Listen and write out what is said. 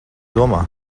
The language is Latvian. domā